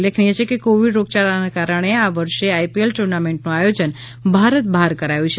ઉલ્લેખનીય છે કે કોવિડ રોગયાળાના કારણે આ વર્ષે આઈપીએલ ટૂર્નામેન્ટનું આયોજન ભારત બહાર કરાયું છે